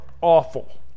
awful